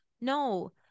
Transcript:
no